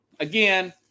Again